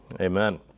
Amen